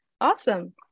Awesome